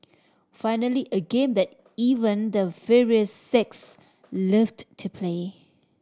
finally a game that even the fairer sex loved to play